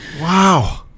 Wow